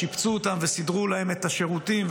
שיפצו אותם וסידרו להם את השירותים,